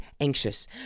anxious